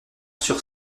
sur